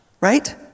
right